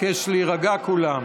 אני מבקש להירגע כולם.